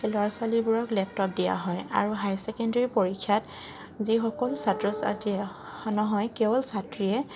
ল'ৰা ছোৱালীবোৰক লেপটপ দিয়া হয় আৰু হাই ছেকেণ্ডেৰী পৰীক্ষাত যিসকল ছাত্ৰ ছাত্ৰীয়ে নহয় কেৱল ছাত্ৰীয়ে